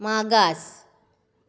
मागास